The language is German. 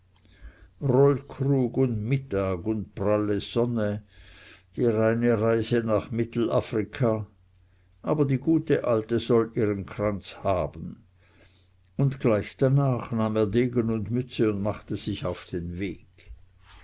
rollkrug und mittag und pralle sonne die reine reise nach mittelafrika aber die gute alte soll ihren kranz haben und gleich danach nahm er degen und mütze und machte sich auf den weg